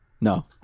no